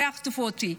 לא יחטפו אותי?